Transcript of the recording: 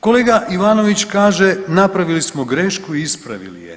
Kolega Ivanović kaže, napravili smo grešku i ispravili je.